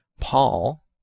Paul